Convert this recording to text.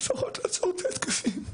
אז לפחות לעצור את ההתקפים.